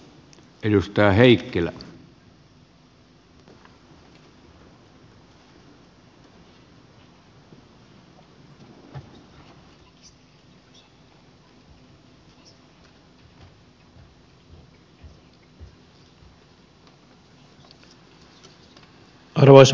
arvoisa puhemies